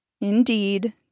Indeed